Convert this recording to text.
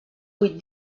vuit